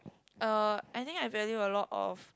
uh I think I value a lot of